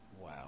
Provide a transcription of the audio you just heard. Wow